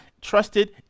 trusted